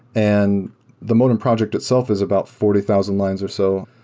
and the modin project itself is about forty thousand lines or so.